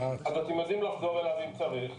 אז אתם יודעים לחזור אליו אם צריך,